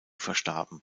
verstarben